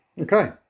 okay